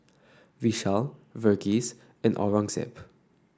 Vishal Verghese and Aurangzeb